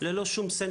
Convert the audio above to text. אבל אין בהם Sensor,